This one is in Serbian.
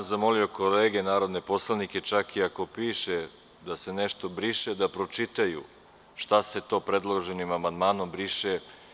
Zamolio sam kolege narodne poslanike, čak i ako piše da se nešto briše da pročitaju šta se to predloženim amandmanom briše.